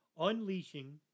unleashing